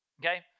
Okay